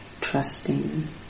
trusting